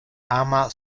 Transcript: ama